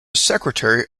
secretary